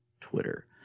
Twitter